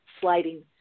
sliding